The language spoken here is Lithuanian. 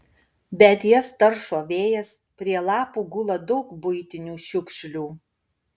bet jas taršo vėjas prie lapų gula daug buitinių šiukšlių